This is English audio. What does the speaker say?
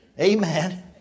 Amen